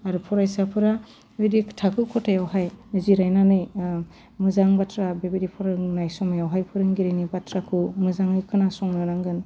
आरो फरायसाफोरा बेबायदि थाखो खथायावहाय जिरायनानै मोजां बाथ्रा बेबायदि फोरोंनाय समायावहाय फोरोंगिरिनि बाथ्राखौ मोजाङै खोनासंनो नांगोन